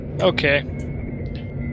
Okay